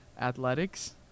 Athletics